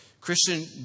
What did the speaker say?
Christian